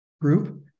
group